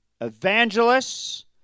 evangelists